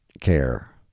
care